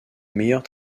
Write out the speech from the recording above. meilleur